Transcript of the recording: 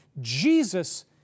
Jesus